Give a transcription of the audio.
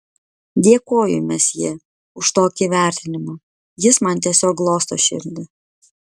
dėkoju mesjė už tokį įvertinimą jis man tiesiog glosto širdį